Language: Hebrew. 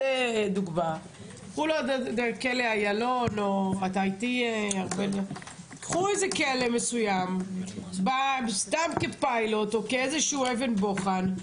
קחו את כלא איילון או איזה כלא מסוים כפיילוט או כאיזה אבן בוחן.